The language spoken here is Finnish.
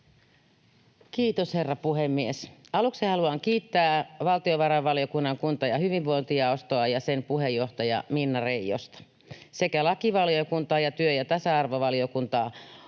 Kiitos, herra puhemies! Aluksi haluan kiittää valtiovarainvaliokunnan kunta- ja hyvinvointijaostoa ja sen puheenjohtajaa Minna Reijosta sekä lakivaliokuntaa ja työ- ja tasa-arvovaliokuntaa